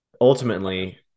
ultimately